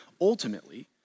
ultimately